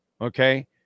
okay